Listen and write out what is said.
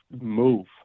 move